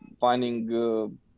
finding